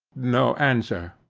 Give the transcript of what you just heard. no answer.